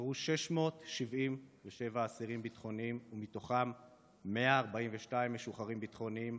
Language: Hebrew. שוחררו 677 אסירים ביטחוניים ומתוכם 142 משוחררים ביטחוניים,